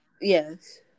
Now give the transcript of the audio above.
Yes